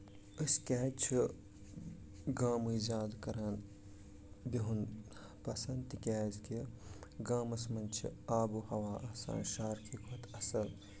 أسۍ کیاہ چھِ گامٕکۍ زیادٕ کران بِہُن پسنٛد تِکیازِ کہِ گامَس منٛز چھِ آبو ہوا آسان شَہرکہِ کھۄتہٕ اَصٕل